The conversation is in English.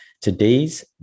Today's